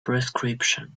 prescription